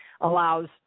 allows